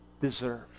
deserve